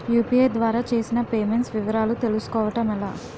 UPI ద్వారా చేసిన payments వివరాలు తెలుసుకోవటం ఎలా?